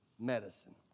medicine